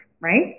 right